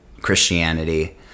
Christianity